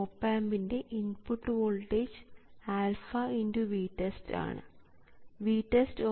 op ആമ്പിൻറെ input voltage α x VTEST ആണ്